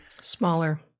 Smaller